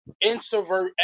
introvert